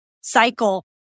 cycle